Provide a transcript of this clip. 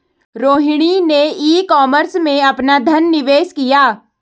रोहिणी ने e commerce में अपना धन निवेश किया